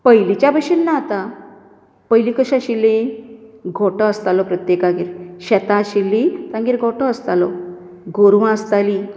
पयलीच्या बशेन ना आता पयलीं कशी आशिल्लीं गोठो आसतालो प्रत्येकागेर शेतां आशिल्लीं तांगेर गोठो आसतालो गोरवां आसतालीं